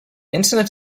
internet